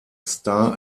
star